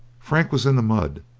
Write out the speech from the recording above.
frank was in the mud,